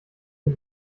mir